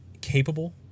capable